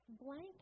blank